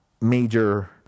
major